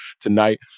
tonight